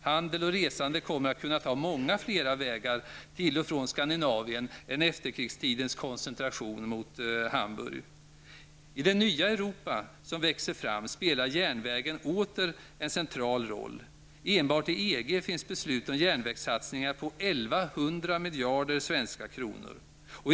Handel och resande kommer att kunna ta många fler vägar till och från Skandinavien än dem man är hänvisad till genom efterkrigstidens koncentration mot Hamburg. I det nya Europa som växer fram spelar järnvägen åter en central roll. Enbart i EG finns beslut om järnvägssatsningar på 1 100 miljarder svenska kronor.